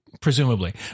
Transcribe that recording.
presumably